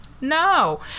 No